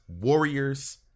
Warriors